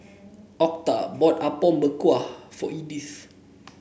Octa bought Apom Berkuah for Edyth